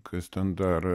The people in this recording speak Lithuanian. kas ten dar